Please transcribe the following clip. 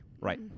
Right